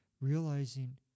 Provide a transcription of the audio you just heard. Realizing